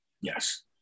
Yes